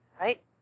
Right